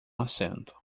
assento